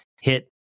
hit